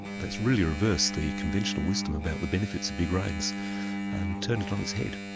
that's really reversed the conventional wisdom about the benefits of big rains and turned it on its head.